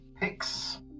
picks